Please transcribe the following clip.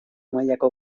mailako